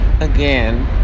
again